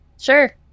Sure